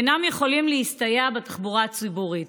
אינם יכולים להסתייע בתחבורה הציבורית,